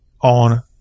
on